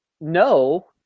no